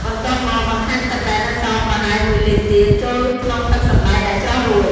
បន្ទាប់មកបន្ថែមទឹកដែលនៅសល់ ប្រហែល ១ លីត្រទៀត ចូលក្នុងទឹកសណ្តែកដែលច្រោះរួច។